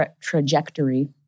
trajectory